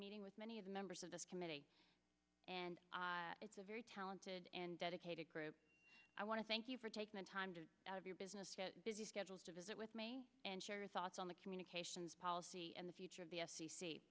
meeting with many of the members of this committee and it's a very talented and dedicated group i want to thank you for taking the time to out of your business to busy schedules to visit with me and share thoughts on the communications policy and the future of the